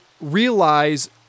realize